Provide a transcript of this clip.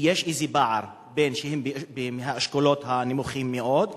כי יש איזה פער בין האשכולות הנמוכים מאוד,